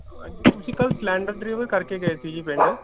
ਹਾਂਜੀ ਤੁਸੀਂ ਕੱਲ੍ਹ ਸਲੈਂਡਰ ਡਿਲੀਵਰ ਕਰਕੇ ਗਏ ਸੀ ਜੀ ਪਿੰਡ